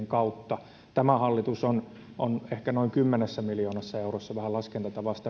kautta tämä hallitus on on ehkä noin kymmenessä miljoonassa eurossa vähän laskentatavasta